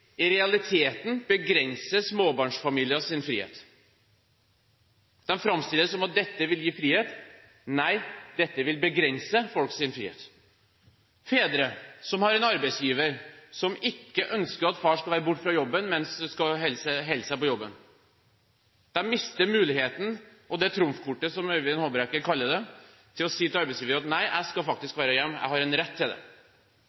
i realiteten begrense småbarnsfamiliers frihet. De framstiller det som om dette vil gi frihet. Nei, dette vil begrense folks frihet. Fedre som har en arbeidsgiver som ikke ønsker at far skal være borte fra jobben, men holde seg på jobben, mister muligheten – og det trumfkortet, som Øyvind Håbrekke kaller det – til å si til arbeidsgiver at nei, jeg skal faktisk være hjemme, jeg har en rett til det.